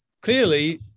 Clearly